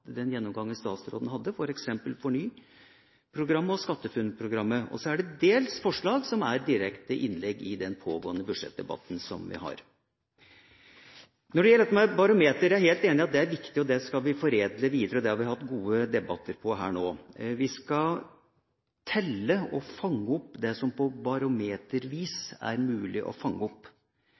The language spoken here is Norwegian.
forslag som er direkte innlegg i den pågående budsjettdebatten vi har. Når det gjelder dette med barometer, er jeg helt enig i at det er viktig, det skal vi foredle videre, og det har vi hatt gode debatter på her nå. Vi skal telle og fange opp det som på barometervis er mulig å fange opp.